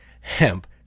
hemp